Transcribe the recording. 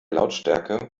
lautstärke